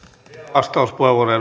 arvoisa